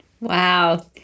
Wow